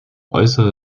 äußere